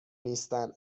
نیستن